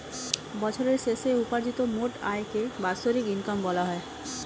বছরের শেষে উপার্জিত মোট আয়কে বাৎসরিক ইনকাম বলা হয়